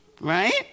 Right